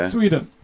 Sweden